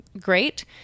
great